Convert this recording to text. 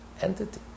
entity